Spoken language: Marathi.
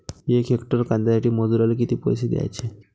यक हेक्टर कांद्यासाठी मजूराले किती पैसे द्याचे?